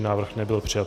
Návrh nebyl přijat.